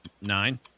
Nine